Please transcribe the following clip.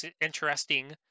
interesting